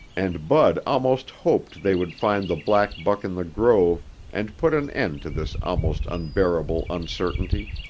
and bud almost hoped they would find the black buck in the grove and put an end to this almost unbearable uncertainty